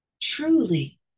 truly